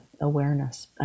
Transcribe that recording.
awareness